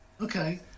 Okay